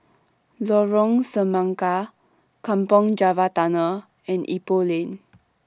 Lorong Semangka Kampong Java Tunnel and Ipoh Lane